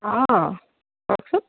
অ' কওকচোন